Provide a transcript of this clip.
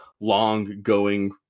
long-going